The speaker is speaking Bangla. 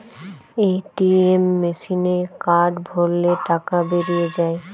এ.টি.এম মেসিনে কার্ড ভরলে টাকা বেরিয়ে যায়